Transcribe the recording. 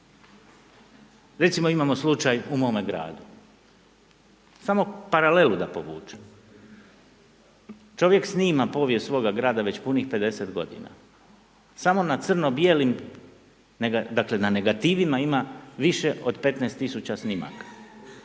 Recimo imamo slučaju i mome gradu. Samo paralelu da povučem. Čovjek snima povijest svoga grada već punih 50 g. Samo na crno-bijelim, dakle na negativima ima više od 15 000 snimaka.